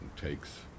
takes